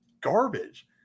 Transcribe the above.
garbage